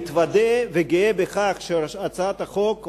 מתוודה וגאה בכך שהצעת החוק,